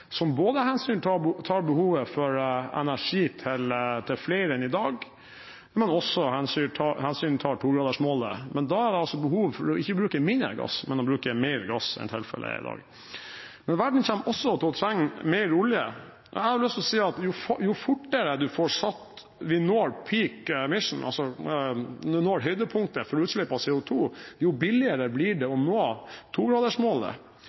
som både tar hensyn til behovet for energi til flere enn i dag og også tar hensyn til togradersmålet. Men da er det altså behov for ikke å bruke mindre gass, men å bruke mer gass enn tilfellet er i dag. Verden kommer også til å trenge mer olje. Jeg har lyst til å si at jo fortere vi når høydepunktet for utslipp av CO2, jo billigere blir det å nå togradersmålet.